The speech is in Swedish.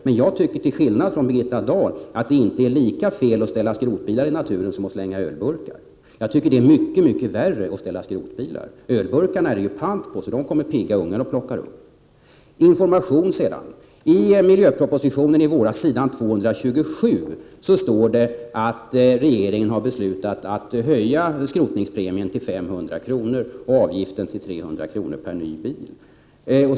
Men jag tycker till skillnad från Birgitta Dahl att det inte är lika fel att ställa skrotbilar i naturen som att slänga ölburkar där. Jag tycker att det är mycket värre att ställa skrotbilar i naturen, för ölburkarna är det ju pant på, så dem kommer pigga ungar att plocka upp. Sedan något om informationen. I miljöpropositionen från i våras står på s. 227 att regeringen har beslutat att höja skrotningspremien till 500 kr. och avgiften till 300 kr. per ny bil.